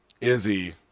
Izzy